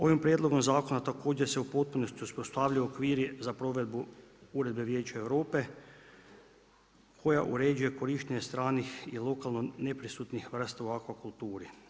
Ovim prijedlogom zakona također se u potpunosti uspostavljaju okviri za provedbu Uredba Vijeća Europe koja uređuje korištenje stranih i lokalno neprisutnih vrsta u akvakulturi.